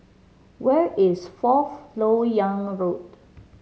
where is Fourth Lok Yang Road